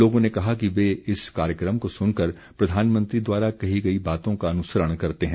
लोगों ने कहा कि वे इस कार्यक्रम को सुनकर प्रधानमंत्री द्वारा कही गई बातों का अनुसरण करते हैं